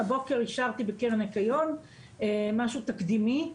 הבוקר אישרתי בקרן הניקיון משהו תקדימי,